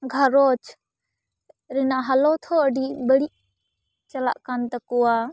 ᱜᱷᱟᱨᱚᱸᱡᱽ ᱨᱮᱱᱟᱜ ᱦᱟᱞᱚᱛ ᱦᱚᱸ ᱟᱹᱰᱤ ᱵᱟᱹᱲᱤᱡ ᱪᱟᱞᱟᱜ ᱠᱟᱱ ᱛᱟᱠᱚᱣᱟ